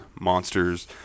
monsters